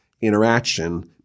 interaction